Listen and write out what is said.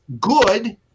good